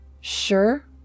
Sure